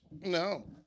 No